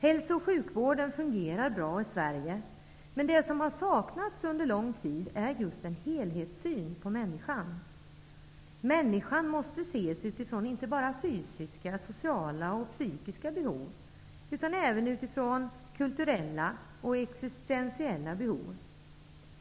Hälso och sjukvården fungerar bra i Sverige. Men det som har saknats under lång tid är just en helhetssyn på människan. Människan måste ses inte bara utifrån fysiska, sociala och psykiska behov, utan även utifrån kulturella och existentiella behov.